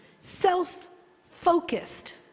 self-focused